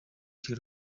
kigali